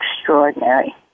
extraordinary